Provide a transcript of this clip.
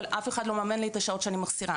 אבל אף אחד לא מממן את השעות שאני מחסירה.